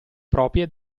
proprie